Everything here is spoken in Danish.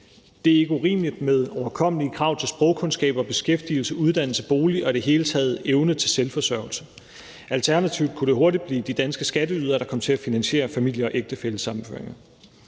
Det er ikke urimeligt med overkommelige krav til sprogkundskaber, beskæftigelse, uddannelse, bolig og i det hele taget evnen til selvforsørgelse. Alternativt kunne det hurtigt blive de danske skatteydere, der kom til at finansiere familie- og ægtefællesammenføringer.